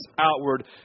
outward